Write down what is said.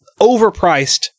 overpriced